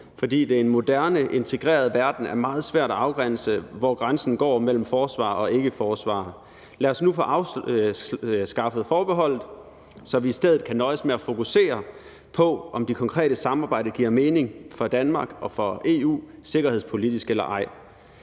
fordi det i en moderne integreret verden er meget svært at afgrænse, hvor grænsen går mellem forsvar og ikke forsvar. Lad os nu få afskaffet forbeholdet, så vi i stedet kan nøjes med at fokusere på, om det konkrete samarbejde giver mening for Danmark og for EU sikkerhedspolitisk eller ej.